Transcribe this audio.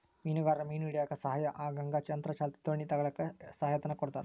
ಮೀನುಗಾರರು ಮೀನು ಹಿಡಿಯಕ್ಕ ಸಹಾಯ ಆಗಂಗ ಯಂತ್ರ ಚಾಲಿತ ದೋಣಿ ತಗಳಕ್ಕ ಸಹಾಯ ಧನ ಕೊಡ್ತಾರ